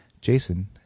Jason